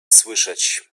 słyszeć